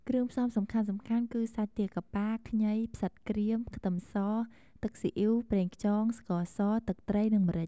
គ្រឿងផ្សំសំខាន់ៗគឺ សាច់ទាកាប៉ា, ខ្ញី, ផ្សិតក្រៀម, ខ្ទឹមស, ទឹកស៊ីអ៉ីវ, ប្រេងខ្យង, ស្ករស, ទឹកត្រី និងម្រេច។